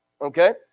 Okay